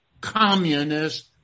Communist